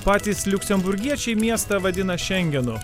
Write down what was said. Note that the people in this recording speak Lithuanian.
patys liuksemburgiečiai miestą vadina šengenu